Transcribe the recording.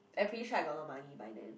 I'm pretty sure I got a lot money by then